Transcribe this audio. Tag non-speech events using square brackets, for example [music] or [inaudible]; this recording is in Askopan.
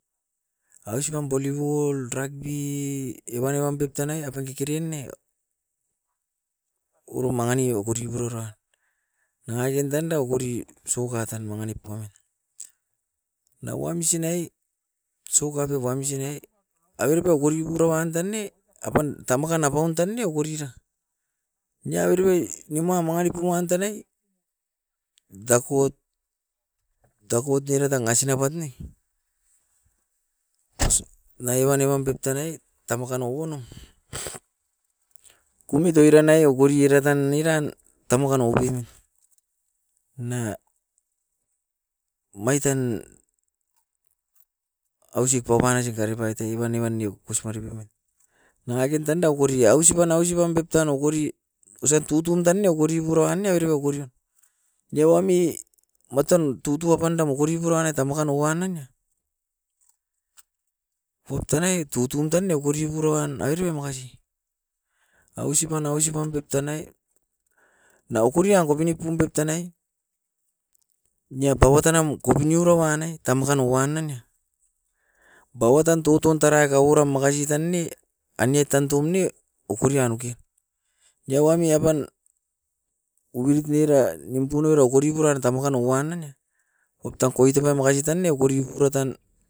Ausipam volleyball, rugby evan emam pep tanai apan kekeren ne orom mangani okori puroura. Nangakain tanda okori soccer tan manginip paun, na wamsin nai soccer tewamsin ai, averepai warikura wan tan ne apan tamakan apaun tan ne okorira. Nia averepai nimuan manginip puan tan nai dakot, dakot niera rangasina pat ne. [noise] Nai evan evam pep tanai tamakan okono [noise] kumit oiran ai okori era tan oiran tamukan oupin na maitan ausik kopanaisin karipait e evan evan niokosmare paunim. Nangakain tanda okori a, ausipan, ausipam pep tan okori usat tutun tan ne okori puruan ne oiripa okori. Diawami moton tutu apanda okori buranoit tamakano wan nanga, aut tanai tutun tan ne okori purowan aiiripe makasi. Ausipan, ausipan pep tanai nao okoria kopinipum pep tanai nia paua tanam kopinioro wan nae tamakan nou wan nan nia. Bauatan tutun tarai kauria makasi tan ne, anie tan toum ne okori anoke. Diawami apan ubirut niera nimpunoi okori puran tamakan nou wan nan nia, optam koitame makasi tan ne okori bura tan